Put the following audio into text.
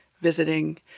visiting